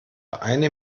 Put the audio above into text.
eine